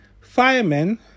firemen